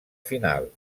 final